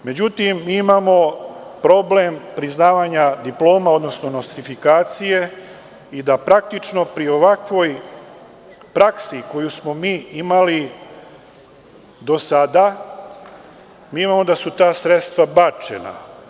Međutim, imamo problem priznavanja diploma, odnosno nostrifikacije, i da praktično pri ovakvoj praksi koju smo imali do sada, mi imamo da su ta sredstva bačena.